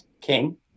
King